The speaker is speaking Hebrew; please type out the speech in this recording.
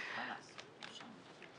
לא בהכרח שהפקידו בדרך כזו או אחרת